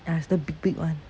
ah it's the big big [one]